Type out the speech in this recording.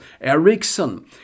Ericsson